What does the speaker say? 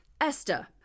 Esther